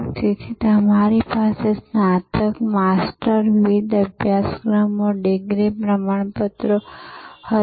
તેથી તમારી પાસે સ્નાતક માસ્ટર વિવિધ અભ્યાસક્રમો ડિગ્રી પ્રમાણપત્રો અને હતા